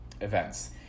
events